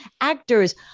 actors